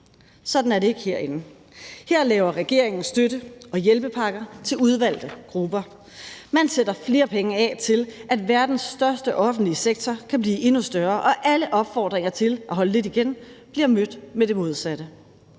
Sådan er det ikke herinde. Her laver regeringen støtte- og hjælpepakker til udvalgte grupper. Man sætter flere penge af til, at verdens største offentlige sektor kan blive endnu større, og alle opfordringer til at holde lidt igen bliver mødt med det modsatte.